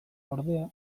ordea